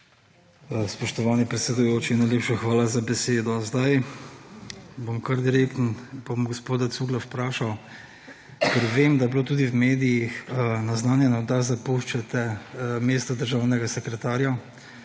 Spoštovani predsedujoči, najlepša hvala za besedo. Zdaj bom kar direkten, pa bom gospoda Cuglja vprašal, ker vem, da je bilo tudi v medijih naznanjeno, da zapuščate mesto državnega sekretarja